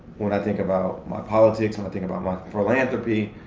when i think about my politics, and i think about my philanthropy,